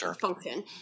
function